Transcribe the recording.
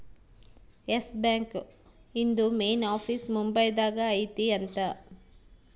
S Bank ಇಂದು main office Mumbai ದಾಗ ಐತಿ ಅಂತ